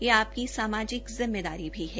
यह आपकी समाजिक जिम्मेदारी भी है